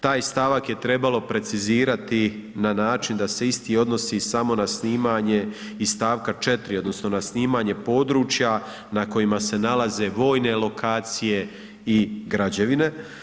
Taj stavak je trebalo precizirati na način da se isti odnosi na snimanje iz st. 4 odnosno na snimanje područja na kojima se nalaze vojne lokacije i građevine.